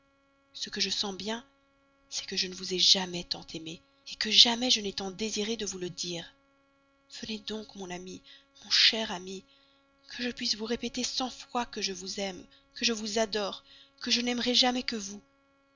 ce que je sens bien c'est que je ne vous ai jamais tant aimé que jamais je n'ai tant désiré de vous le dire venez donc mon ami mon cher ami que je puisse vous répéter cent fois que je vous aime que je vous adore que je n'aimerai jamais que vous